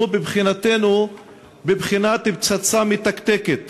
שהוא מבחינתנו בבחינת פצצה מתקתקת